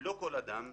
לא כל אדם,